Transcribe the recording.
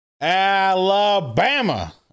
Alabama